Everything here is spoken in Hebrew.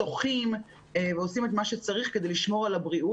שוחים ועושים את מה שצריך כדי לשמור על הבריאות.